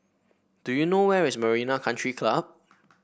do you know where is Marina Country Club